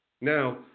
Now